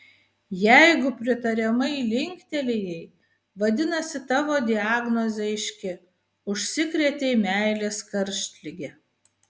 jeigu pritariamai linktelėjai vadinasi tavo diagnozė aiški užsikrėtei meilės karštlige